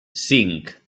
cinc